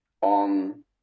on